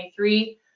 2023